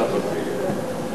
ככה זה יהיה.